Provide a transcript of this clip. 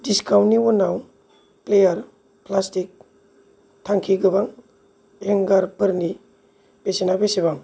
दिस्काउन्टनि उनाव फ्लेयार प्लास्टिक्स थांखि गोबां हेंगारफोरनि बेसेना बेसेबां